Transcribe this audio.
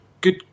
good